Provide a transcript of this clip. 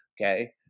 okay